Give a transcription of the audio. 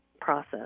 process